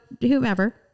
whomever